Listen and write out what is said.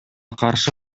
каршы